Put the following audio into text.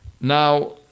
now